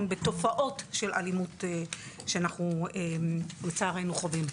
בתופעות של אלימות שאנחנו לצערנו חווים.